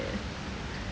what you